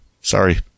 Sorry